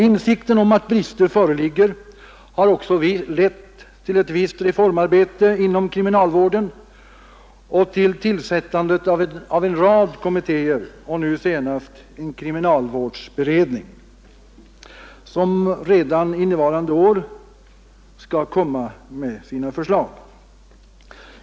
Insikten om att brister föreligger har också lett till ett visst reformarbete inom kriminalvården och till tillsättandet av en rad kommittéer — nu senast en kriminalvårdsberedning, som redan inne varande år skall komma med sina förslag.